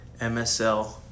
MSL